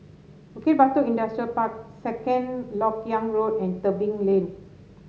Bukit Batok Industrial Park Second LoK Yang Road and Tebing Lane